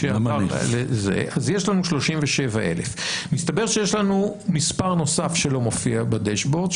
אז יש לנו 37,000. מסתבר שיש לנו מספר נוסף שלא מופיע בדשבורד,